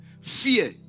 Fear